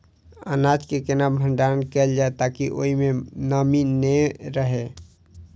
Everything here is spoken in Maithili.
अनाज केँ केना भण्डारण कैल जाए ताकि ओई मै नमी नै रहै?